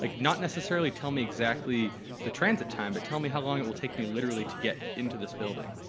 like not necessarily tell me exactly the transit time, but tell me how long it will tick me literally to get into this building.